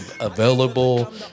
available